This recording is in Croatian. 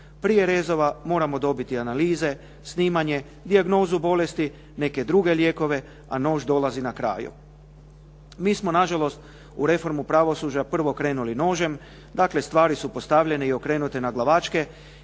Prije rezova moramo dobiti analize, snimanje, dijagnozu bolesti, neke druge lijekove, a nož dolazi na kraju. Mi smo nažalost u reformu pravosuđa prvo krenuli nožem, dakle stvari su postavljene i okrenute naglavačke